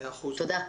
תודה.